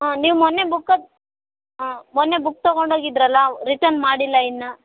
ಹಾಂ ನೀವು ಮೊನ್ನೆ ಬುಕ್ಕ ಹಾಂ ಮೊನ್ನೆ ಬುಕ್ ತೊಗೊಂಡೋಗಿದ್ರಲ್ಲ ರಿಟರ್ನ್ ಮಾಡಿಲ್ಲ ಇನ್ನೂ